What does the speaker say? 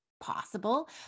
possible